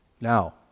Now